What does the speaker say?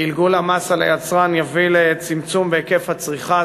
גלגול המס על היצרן יביא לצמצום בהיקף הצריכה,